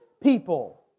people